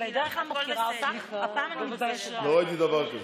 לא ראיתי דבר כזה.